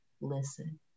listen